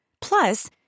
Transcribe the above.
Plus